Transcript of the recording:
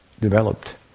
developed